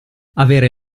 avere